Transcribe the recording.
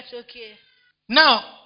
Now